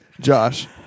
Josh